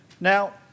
Now